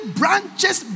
branches